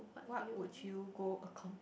what would you go accomplish